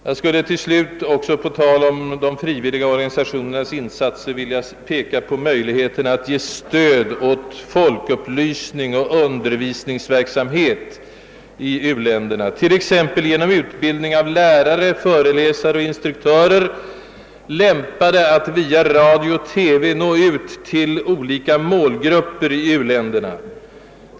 Jag skulle till slut också på tal om de frivilliga organisationernas insatser vilja peka på möjligheten att ge stöd åt folkupplysning och undervisningsverksamhet, t.ex. genom utbildning av lärare, föreläsare och instruktörer, lämpade att via radio och TV nå ut till olika målgrupper i u-länderna.